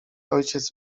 ojciec